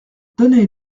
donner